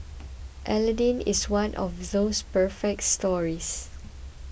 Aladdin is one of those perfect stories